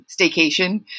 staycation